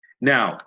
now